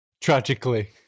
tragically